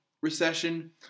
recession